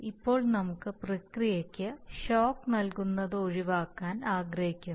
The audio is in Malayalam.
ഇപ്പോൾ നമുക്ക് പ്രക്രിയക്ക് ഷോക്ക് നൽകുന്നത് ഒഴിവാക്കാൻ ആഗ്രഹിക്കുന്നു